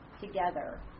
together